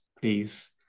please